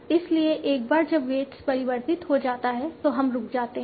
इसलिए एक बार जब वेट्स परिवर्तित हो जाता है तो हम रुक जाते हैं